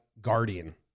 guardian